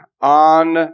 on